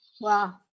wow